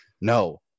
No